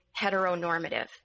heteronormative